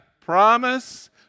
Promise